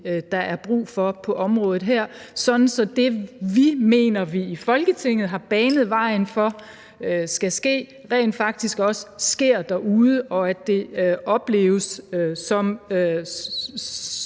der er brug for på området her, sådan at det, vi mener vi i Folketinget har banet vejen for, skal ske, også rent faktisk sker derude, og at det opleves på